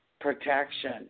protection